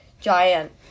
giant